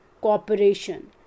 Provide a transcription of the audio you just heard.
cooperation